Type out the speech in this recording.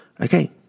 Okay